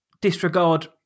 disregard